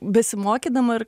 besimokydama ir